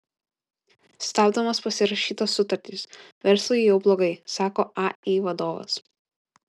stabdomos pasirašytos sutartys verslui jau blogai sako ai vadovas